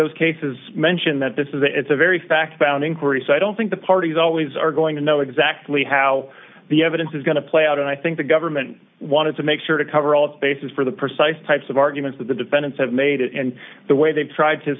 those cases mention that this is a very fact found inquiry so i don't think the parties always are going to know exactly how the evidence is going to play out and i think the government wanted to make sure to cover all bases for the precise types of arguments that the defendants have made and the way they've tried to